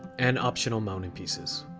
and optional mounting pieces